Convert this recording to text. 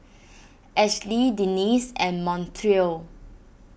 Ashli Denice and Montrell